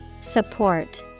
Support